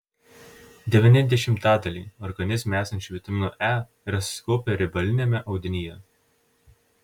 devyni dešimtadaliai organizme esančio vitamino e yra susikaupę riebaliniame audinyje